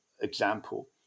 example